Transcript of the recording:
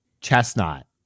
Chestnut